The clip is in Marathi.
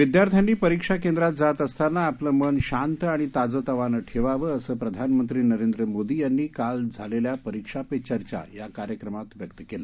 विद्यार्थ्यांनी परिक्षा केंद्रात जात असतांना आपले मन शांत आणि ताजेतवाने ठेवावे असे प्रधानमंत्री नरेंद्र मोदी यांनी काल झालेल्या परिक्षा पे चर्चा या कार्यक्रमात व्यक्त केले